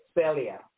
Celia